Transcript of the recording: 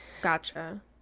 Gotcha